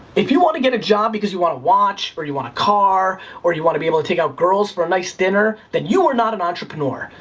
if you want to get a job because you want a watch or you want a car, or you want to be able to take out girls for a nice dinner, then you are not an entrepreneur.